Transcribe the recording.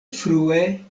frue